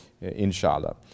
inshallah